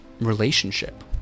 relationship